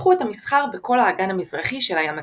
פיתחו את המסחר בכל האגן המזרחי של הים התיכון.